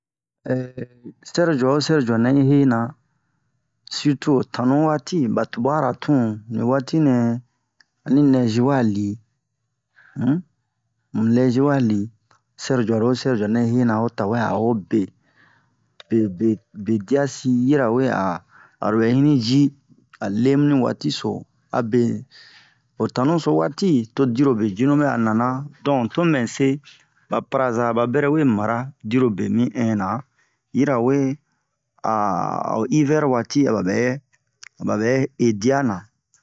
sɛrojua wo sɛrojua nɛ yi hena sirtu ho tanu waati ba tubara tun ni waatinɛ ani nɛzi wa li um ni nɛzi wa li sɛrojua wo sɛrojua nɛ yi hena ho tawe a ho be bebe be dia si hirawe a aro bɛ hini ji a le ni waati so abe ho tanu so waati to dirobe jinu bɛ'a nana don to mɛ se ba paraza ba bɛrɛ we mara dirobe mi hinna yirawe a a'o ivɛr waati a babɛ a babɛ he dia na